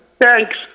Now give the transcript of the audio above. Thanks